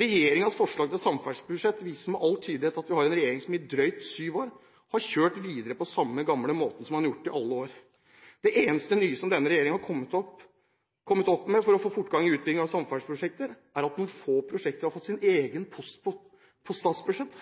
Regjeringens forslag til samferdselsbudsjett viser med all tydelighet at vi har en regjering som i drøyt syv år har kjørt videre på den samme gamle måten som man har gjort i alle år. Det eneste nye denne regjeringen har kommet med for å få fortgang i utbygging i samferdselsprosjekter, er at noen få prosjekter har fått sin egen post